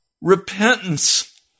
repentance